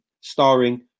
starring